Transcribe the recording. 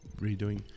redoing